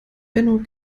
benno